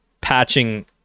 patching